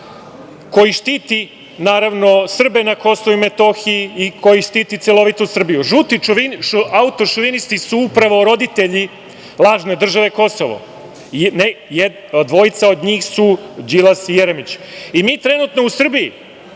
koji štiti Srbe na KiM i koji štiti celovitu Srbiju. Žuti autošovinisti su upravo roditelji lažne države Kosovo. Dvojica od njih su Đilas i Jeremić. Mi trenutno u Srbiji,